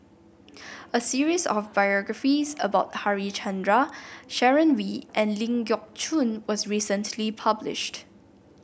a series of biographies about Harichandra Sharon Wee and Ling Geok Choon was recently published